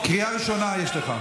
קריאה ראשונה יש לך.